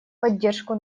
поддержку